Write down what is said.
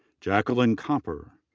jacqueline copper.